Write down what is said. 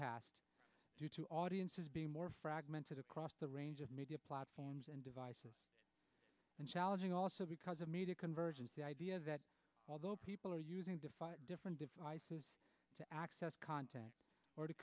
past due to audiences being more fragmented across the range of media platforms and devices and challenging also because of media convergence the idea that although people are using different devices to access content or to